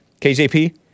KJP